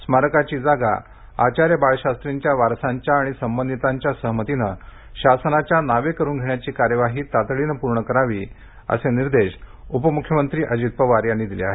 स्मारकाची जागा आचार्य बाळशास्त्रींच्या वारसांच्या आणि संबंधिताच्या सहमतीनं शासनाच्या नावे करुन घेण्याची कार्यवाही तातडीनं पूर्ण करावी असे निर्देश उपमूख्यमंत्री अजित पवार यांनी दिले आहेत